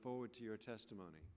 forward to your testimony